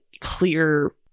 clear